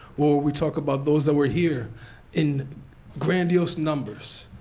or we talk about those that were here in grandiose numbers,